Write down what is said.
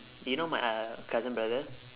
you know my uh cousin brother